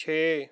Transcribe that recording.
ਛੇ